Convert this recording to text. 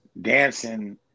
dancing